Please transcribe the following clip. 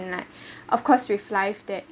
and like of course with life that